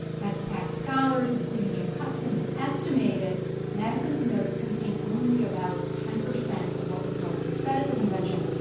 as past scholars, including jim hutson, have estimated madison's notes contain only about ten percent of what was likely said at the convention.